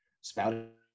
spouting